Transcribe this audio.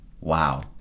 Wow